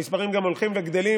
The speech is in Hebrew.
המספרים גם הולכים וגדלים,